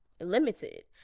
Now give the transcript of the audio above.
limited